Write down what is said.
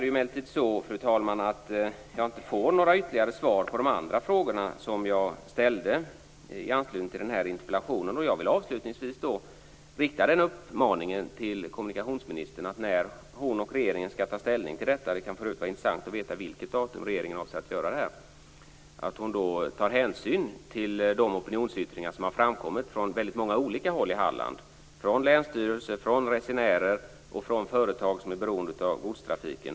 Det verkar som om jag inte får några ytterligare svar på de andra frågorna jag ställde i anslutning till interpellationen. Avslutningsvis vill jag rikta en uppmaning till kommunikationsministern: När hon och regeringen skall ta ställning till detta - det kan för övrigt vara intressant att veta vilket datum regeringen avser att göra detta - bör de ta hänsyn till de opinionsyttringar som har framkommit från många olika håll i Halland. Det gäller länsstyrelsen, resenärer och företag som är beroende av godstrafiken.